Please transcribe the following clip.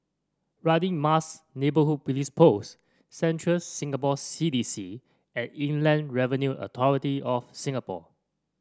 Radin Mas Neighbourhood Police Post Central Singapore C D C and Inland Revenue Authority of Singapore